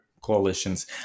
coalitions